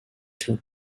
took